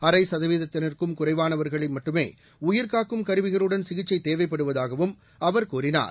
அரை சதவீதத்தினருக்கும் குறைவானவர்களுக்கு மட்டுமே உயிர்காக்கும் கருவிகளுடன் சிகிச்சை தேவைப்படுவதாகவும் அவர் கூறினார்